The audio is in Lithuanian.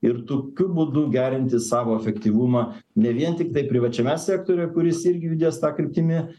ir tokiu būdu gerinti savo efektyvumą ne vien tiktai privačiame sektoriuje kuris irgi judės ta kryptimi